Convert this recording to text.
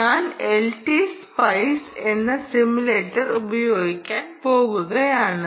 ഞാൻ LT spice എന്ന simulator ഉപയോഗിക്കാൻ പോകുകയാണ്